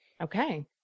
Okay